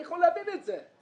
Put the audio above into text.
אני יכול להבין את זה.